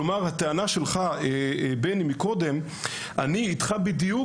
כלומר, הטענה שלך בני, אני איתך בדיוק.